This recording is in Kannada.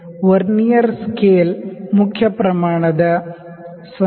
ವರ್ನಿಯರ್ ಸ್ಕೇಲ್ ಮೇನ್ ಸ್ಕೇಲ್ ದ 0